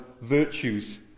virtues